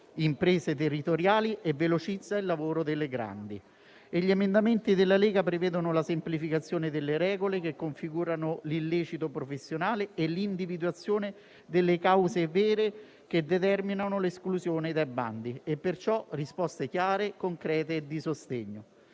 imprese territoriali e velocizza il lavoro delle grandi. Gli emendamenti della Lega prevedono la semplificazione delle regole che configurano l'illecito professionale e l'individuazione delle cause vere che determinano l'esclusione dai bandi, perciò risposte chiare e concrete di sostegno.